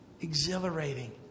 Exhilarating